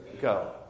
go